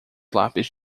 lápis